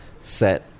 set